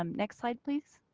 um next slide, please.